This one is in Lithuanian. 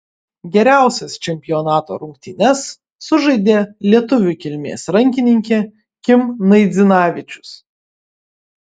geriausias čempionato rungtynes sužaidė lietuvių kilmės rankininkė kim naidzinavičius